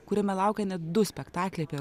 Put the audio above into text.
kuriame laukia net du spektakliai apie